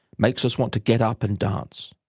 makes us want to get up and dance.